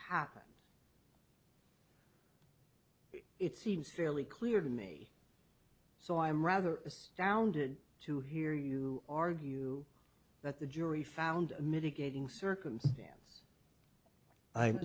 happened it seems fairly clear to me so i'm rather astounded to hear you argue that the jury found mitigating circumstance